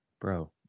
bro